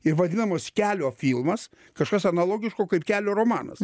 ir vadinamas kelio filmas kažkas analogiško kaip kelio romanas